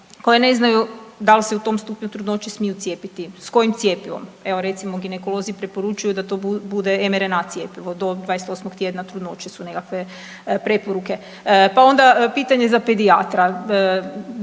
koje ne znaju da li se u tom stupnju trudnoće smiju cijepiti, s kojim cjepivom. Evo, recimo, ginekolozi preporučuju da to bude mRNA cjepivo do 28. tjedna trudnoće su nekakve preporuke. Pa onda, pitanje za pedijatra,